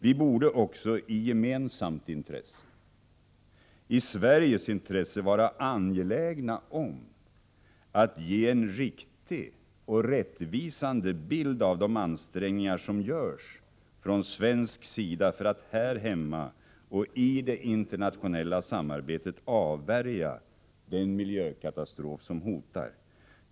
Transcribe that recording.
Vi borde också i gemensamt intresse, i Sveriges intresse, vara angelägna om att ge en riktig och rättvisande bild av de ansträngningar som görs från svensk sida för att här hemma och i det internationella samarbetet avvärja den miljökatastrof som hotar.